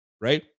right